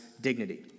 dignity